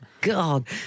God